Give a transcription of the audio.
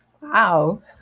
Wow